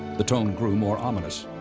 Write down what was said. the tone grew more ominous.